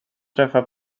träffa